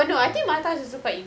mmhmm